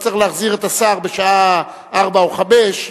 לא צריך להחזיר את השר בשעה 16:00 או 17:00,